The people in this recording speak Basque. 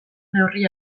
neurri